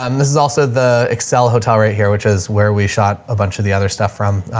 um this is also the excel hotel right here, which is where we shot a bunch of the other stuff from a,